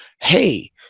hey